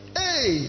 hey